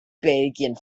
belgien